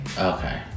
Okay